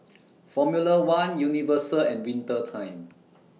Formula one Universal and Winter Time